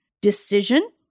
decision